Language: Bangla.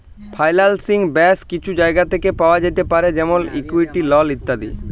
ফাইলালসিং ব্যাশ কিছু জায়গা থ্যাকে পাওয়া যাতে পারে যেমল ইকুইটি, লল ইত্যাদি